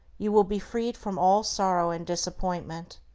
you will be freed from all sorrow and disappointment.